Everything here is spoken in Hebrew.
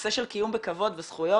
הנושא של קיום בכבוד וזכויות,